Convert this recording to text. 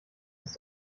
ist